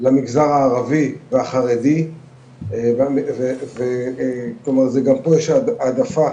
למגזר הערבי והחרדי וגם ההעדפה